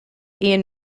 ian